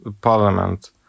parliament